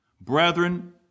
Brethren